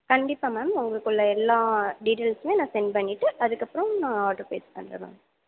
கண்டிப்பாக மேம் உங்களுக்கு உள்ள எல்லா டீட்டெயில்ஸுமே நான் சென்ட் பண்ணிவிட்டு அதுக்கப்புறம் நான் ஆடர் ப்ளேஸ் பண்ணுறேன் மேம்